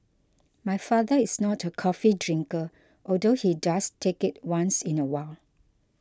my father is not a coffee drinker although he does take it once in a while